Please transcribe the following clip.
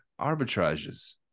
arbitrages